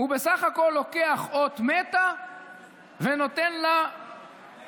הוא בסך הכול לוקח אות מתה ונותן לה כלים